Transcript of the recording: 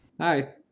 Hi